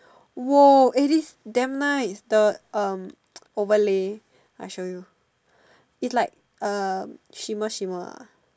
!whoa! eh this damn nice the um overlay I show you it's like uh shimmer shimmer ah